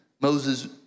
Moses